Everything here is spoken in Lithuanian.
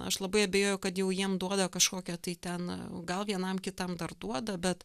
aš labai abejoju kad jau jiem duoda kažkokią tai ten gal vienam kitam dar duoda bet